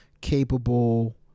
capable